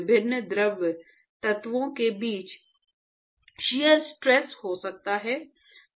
विभिन्न द्रव तत्वों के बीच शियर स्ट्रेस हो सकता है